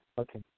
Okay